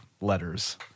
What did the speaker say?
letters